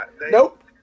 Nope